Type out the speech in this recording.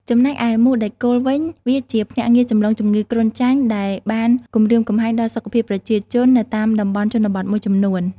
ចំណែកឯមូសដែកគោលវិញ វាជាភ្នាក់ងារចម្លងជំងឺគ្រុនចាញ់ដែលបានគំរាមកំហែងដល់សុខភាពប្រជាជននៅតាមតំបន់ជនបទមួយចំនួន។